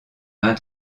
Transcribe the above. main